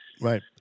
Right